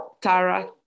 Tara